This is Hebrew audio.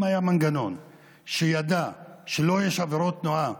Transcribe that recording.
אם היה מנגנון שידע שיש לו עבירות תנועה,